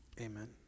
Amen